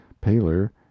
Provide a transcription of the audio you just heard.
paler